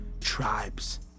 tribes